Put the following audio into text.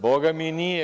Bogami nije.